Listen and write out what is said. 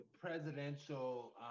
presidential